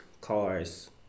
cars